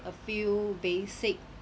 a few basic